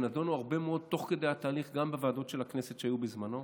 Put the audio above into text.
שנדונו הרבה מאוד תוך כדי התהליך גם בוועדות של הכנסת שהיו בזמנו,